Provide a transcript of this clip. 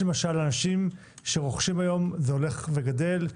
יש היום אנשים שרוכשים באינטרנט, וזה הולך וגדל.